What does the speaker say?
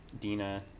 Dina